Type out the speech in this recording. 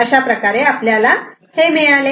अशाप्रकारे आपल्याला हे मिळाले